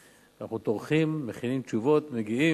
אנחנו טורחים, מכינים תשובות, מגיעים,